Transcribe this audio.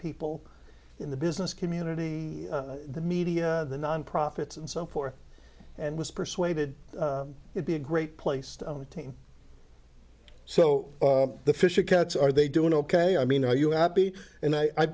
people in the business community the media the non profits and so forth and was persuaded it be a great place to own a team so the fisher cats are they doing ok i mean are you happy and i've